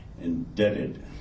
indebted